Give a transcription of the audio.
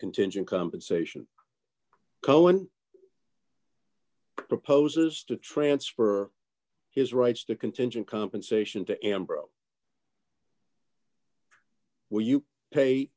contingent compensation cohen proposes to transfer his rights to contingent compensation to embroil where you pay